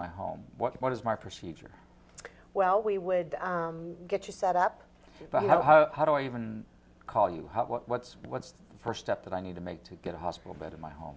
my home what is my procedure well we would get you set up how do i even call you what's what's the first step that i need to make to get a hospital bed in my home